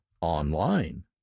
online